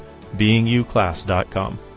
beinguclass.com